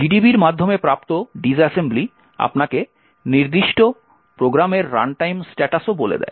gdb এর মাধ্যমে প্রাপ্ত ডিস অ্যাসেম্বলি আপনাকে নির্দিষ্ট প্রোগ্রামের রান টাইম স্ট্যাটাসও বলে দেয়